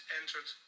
entered